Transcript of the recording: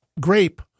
grape